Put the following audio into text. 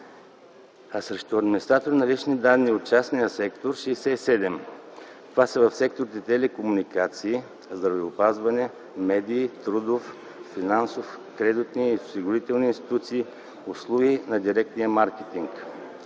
а срещу администратори на лични данни от частния сектор – 67. Това са в секторите телекомуникации, здравеопазване, медии, трудови, финансови, кредитни, осигурителни институции, услуги на дирекция маркетинг.